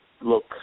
look